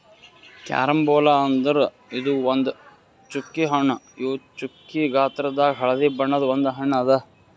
carambola ಅಂದುರ್ ಇದು ಒಂದ್ ಚ್ಚುಕಿ ಹಣ್ಣು ಇವು ಚ್ಚುಕಿ ಗಾತ್ರದಾಗ್ ಹಳದಿ ಬಣ್ಣದ ಒಂದ್ ಹಣ್ಣು ಅದಾ